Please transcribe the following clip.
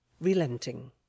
Relenting